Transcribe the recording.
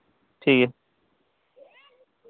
ᱴᱷᱤᱠ ᱜᱮᱭᱟ